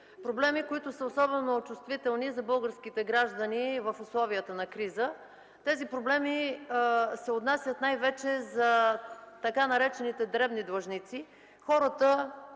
проблеми, които са особено чувствителни за българските граждани в условията на криза. Те се отнасят най-вече за така наречените дребни длъжници – хората,